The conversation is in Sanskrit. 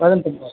वदन्तु वा